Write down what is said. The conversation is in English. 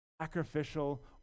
sacrificial